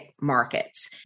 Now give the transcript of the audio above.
markets